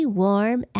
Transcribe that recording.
warm